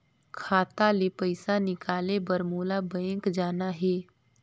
खाता ले पइसा निकाले बर मोला बैंक जाना हे?